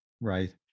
Right